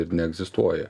ir neegzistuoja